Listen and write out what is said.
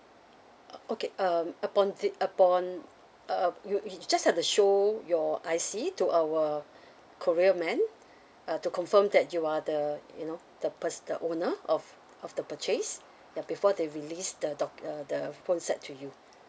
uh okay um upon the upon uh you~ you just have to show your I_C to our courier man uh to confirm that you are the you know the pur~ the owner of of the purchase ya before they release the do~ uh the phone set to you